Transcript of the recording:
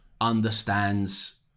understands